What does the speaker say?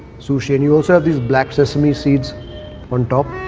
sushi. and you also have these black sesame seeds on top.